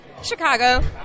Chicago